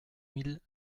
mille